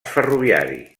ferroviari